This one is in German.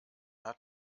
hat